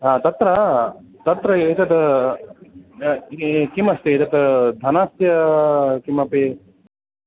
हा तत्र तत्र एतद् कि किम् अस्ति तत् धनस्य अस्ति किमपि